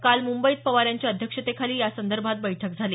काल मुंबईत पवार यांच्या अध्यक्षतेखाली यासंदर्भात बैठक झाली